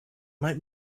might